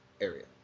area